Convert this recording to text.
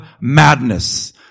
madness